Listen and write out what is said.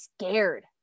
scared